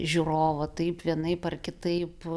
žiūrovų taip vienaip ar kitaip